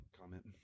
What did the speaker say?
comment